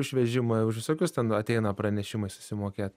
išvežimą už visokius ten ateina pranešimai susimokėt